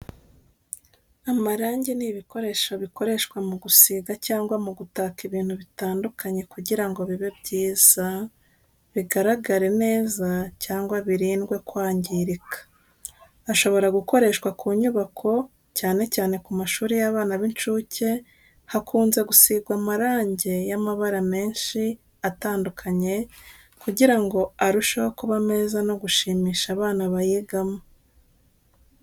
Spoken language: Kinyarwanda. Amarangi ni ibikoresho bikoreshwa mu gusiga cyangwa mu gutaka ibintu bitandukanye kugira ngo bibe byiza, bigaragare neza cyangwa birindwe kwangirika. Ashobora gukoreshwa ku nyubako cyane cyane ku mashuri y'abana b'incuke, hakunze gusigwa amarangi y'amabara menshi atandukanye kugira ngo arusheho kuba meza no gushimisha abana bayigamo.